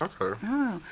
okay